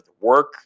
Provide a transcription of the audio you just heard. work